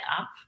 up